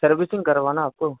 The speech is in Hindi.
सर्विसिंग करवाना आपको